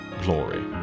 glory